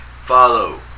Follow